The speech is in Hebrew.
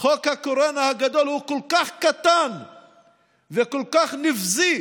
"חוק הקורונה הגדול" הוא כל כך קטן וכל כך נבזי